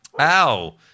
Ow